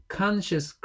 conscious